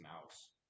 mouse